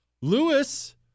Lewis